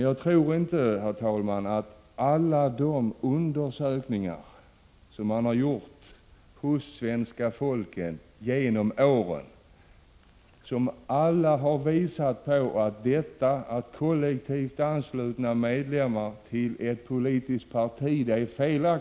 Jag tror inte, herr talman, att alla de undersökningar är felaktiga som genom åren gjorts av svenska folkets uppfattning och som alla har visat att majoriteten — Prot. 1985/86:129 anser att det är fel att kollektivt ansluta medlemmar till ett politiskt parti.